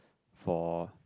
for